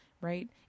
Right